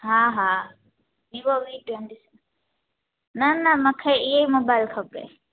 हा हा Vivo V twenty seven न न मूंखे इहेई मोबाइल खपे